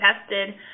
tested